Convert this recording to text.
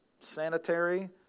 sanitary